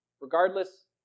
regardless